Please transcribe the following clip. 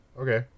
Okay